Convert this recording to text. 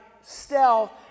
stealth